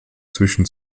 zwischen